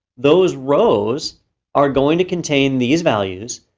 those rows are going to contain these values.